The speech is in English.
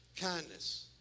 kindness